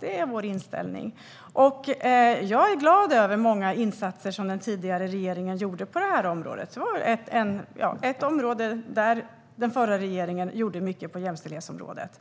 Det är vår inställning. Jag är glad över många av de insatser som den tidigare regeringen gjorde på det här området. Den förra regeringen gjorde mycket på jämställdhetsområdet.